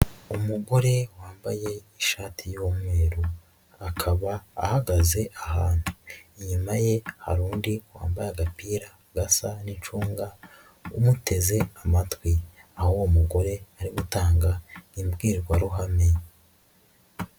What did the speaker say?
Umugore wambaye ishati y'umweru, akaba ahagaze ahantu, inyuma ye hari undi wambaye agapira gasa n'icunga umuteze amatwi, aho uwo mugore ari gutanga imbwirwaruhame.